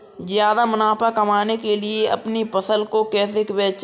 ज्यादा मुनाफा कमाने के लिए अपनी फसल को कैसे बेचें?